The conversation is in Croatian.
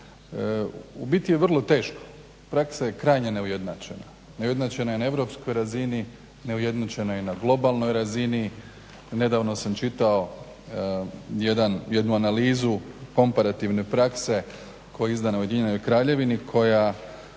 U biti je vrlo teško, praksa je krajnje neujednačena. Neujednačena je na europskoj razini, neujednačena je i na globalnoj razini. Nedavno sam čitao jednu analizu komparativne prakse koja je izdana u Ujedinjenom Kraljevstvu koja